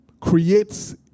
creates